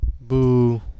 boo